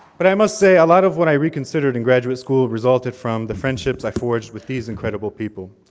but i must say a lot of what i reconsidered in graduate school resulted from the friendships i forged with these incredible people,